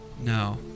No